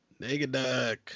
Negaduck